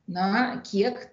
na kiek